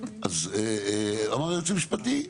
אז אמר היועץ המשפטי,